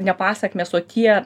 ne pasekmės o tie